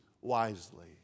wisely